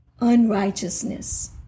unrighteousness